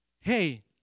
hey